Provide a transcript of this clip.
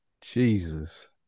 Jesus